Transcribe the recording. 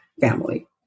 family